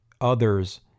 others